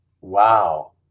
wow